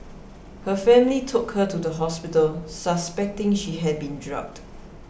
her family took her to the hospital suspecting she had been drugged